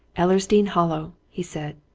ellersdeane hollow! he said.